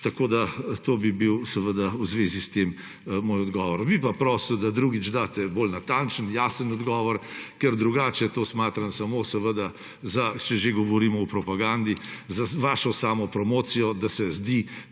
tako da to bi bil v zvezi s tem moj odgovor. Bi pa prosil, da drugič date bolj natančen, jasen odgovor, ker drugače to smatram samo, če že govorimo o propagandi, za vašo samopromocijo, da se zdi,